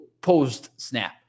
post-snap